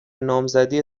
نامزدی